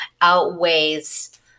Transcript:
outweighs